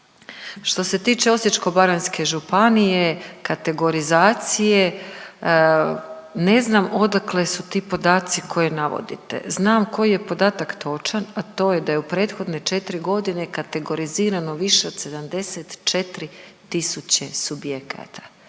Što se tiče Osječko-baranjske županije kategorizacije ne znam odakle su ti podaci koje navodite. Znam koji je podatak točan, a to je da je u prethodne 4 godine kategorizirano više od 74 tisuće subjekata.